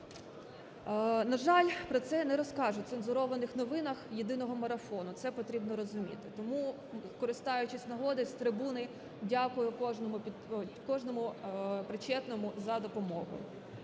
На жаль, про це не розкажуть в цензурованих новинах єдиного марафону, це потрібно розуміти. Тому, користуючись нагодою, з трибуни дякую кожному причетному за допомогу.